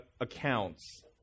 accounts